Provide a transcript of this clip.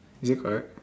is it correct